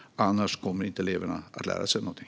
Annars kommer inte eleverna att lära sig någonting.